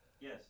Yes